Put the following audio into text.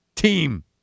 Team